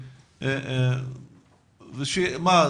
מה,